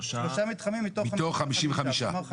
מתוך 55. 3 מתחמים מתוך 55. כלומר,